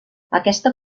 aquesta